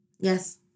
Yes